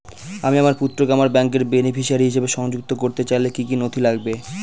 আমি আমার পুত্রকে আমার ব্যাংকের বেনিফিসিয়ারি হিসেবে সংযুক্ত করতে চাইলে কি কী নথি লাগবে?